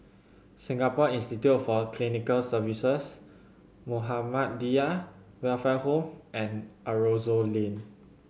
Singapore Institute for Clinical Services Muhammadiyah Welfare Home and Aroozoo Lane